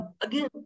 again